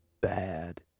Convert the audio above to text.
bad